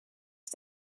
het